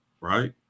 right